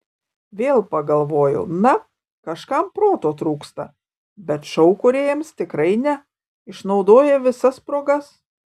vėl pagalvojau na kažkam proto trūksta bet šou kūrėjams tikrai ne išnaudoja visas progas